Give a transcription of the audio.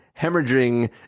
hemorrhaging